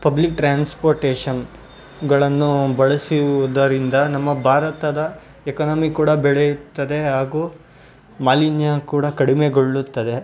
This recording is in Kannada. ಪಬ್ಲಿಕ್ ಟ್ರಾನ್ಸ್ಪೋರ್ಟೇಶನ್ಗಳನ್ನು ಬಳಸುವುದರಿಂದ ನಮ್ಮ ಭಾರತದ ಎಕಾನಮಿ ಕೂಡ ಬೆಳೆಯುತ್ತದೆ ಹಾಗೂ ಮಾಲಿನ್ಯ ಕೂಡ ಕಡಿಮೆಗೊಳ್ಳುತ್ತದೆ